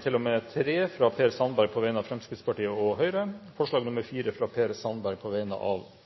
nr. 1–3, fra Per Sandberg på vegne av Fremskrittspartiet og Høyre forslag